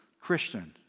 christian